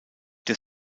der